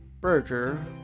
berger